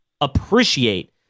appreciate